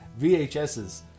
VHSs